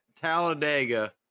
Talladega